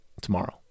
tomorrow